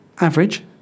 Average